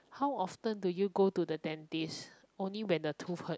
how often do you go to the dentist only when the tooth hurt